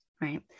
Right